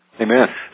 Amen